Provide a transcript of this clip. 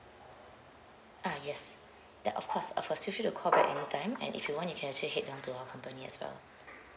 ah yes that of course of course feel free to call back anytime and if you want you can actually head down to our company as well